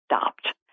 stopped